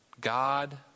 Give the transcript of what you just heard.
God